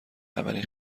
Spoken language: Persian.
اولین